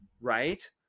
right